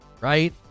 Right